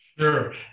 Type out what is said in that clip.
Sure